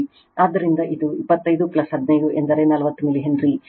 ಆದ್ದರಿಂದ ಇದು 25 15 ಎಂದರೆ 40 ಮಿಲಿ ಹೆನ್ರಿ